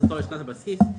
הכנסתו לשנת הבסיס,